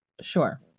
Sure